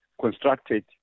constructed